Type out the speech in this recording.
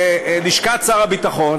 לשכת שר הביטחון,